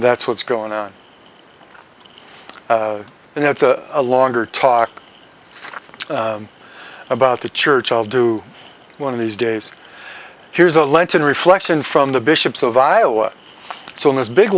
that's what's going on and that's a longer talk about the church i'll do one of these days here's a lenten reflection from the bishops of iowa so in this big